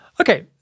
Okay